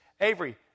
Avery